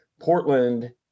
Portland